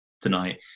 tonight